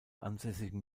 ansässigen